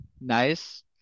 nice